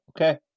Okay